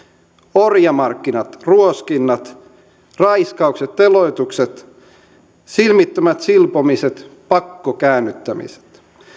orjamarkkinat ruoskinnat raiskaukset teloitukset silmittömät silpomiset pakkokäännyttämiset